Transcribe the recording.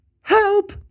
Help